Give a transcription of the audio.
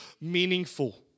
meaningful